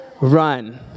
run